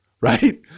right